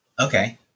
Okay